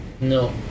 No